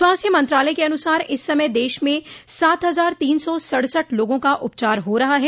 स्वास्थ्य मंत्रालय के अनुसार इस समय देश में सात हजार तीन सौ सडसठ लोगों का उपचार हो रहा है